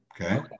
Okay